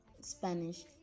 Spanish